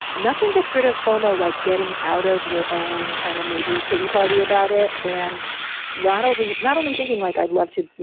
nothing gets rid of famo, like getting out of your own kind of maybe pity party about it and latently not only thinking like i'd love to, you